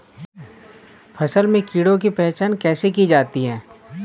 फसल में कीड़ों की पहचान कैसे की जाती है?